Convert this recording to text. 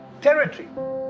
territory